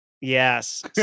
Yes